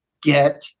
get